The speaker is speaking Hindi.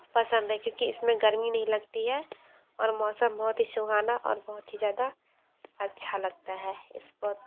पसंद है क्योंकि इसमें गर्मी नहीं लगती है और मौसम बहुत ही सुहाना और बहुत ही ज़्यादा अच्छा लगता है इस पर